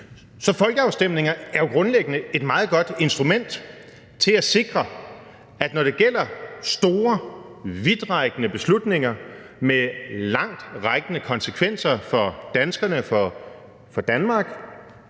folkeafstemninger er jo grundlæggende et meget godt instrument til at sikre, at når det gælder store, vidtrækkende beslutninger med langtrækkende konsekvenser for danskerne og for Danmark,